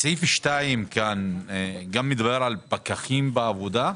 בסעיף 2 מדובר גם בפקחים בעבודה?